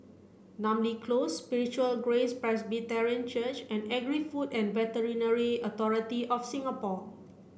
Namly Close Spiritual Grace Presbyterian Church and Agri Food and Veterinary Authority of Singapore